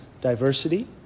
diversity